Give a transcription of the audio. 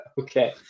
Okay